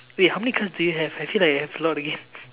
wait how many cards do you have I feel like you have a lot again